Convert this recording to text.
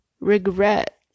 Regret